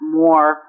more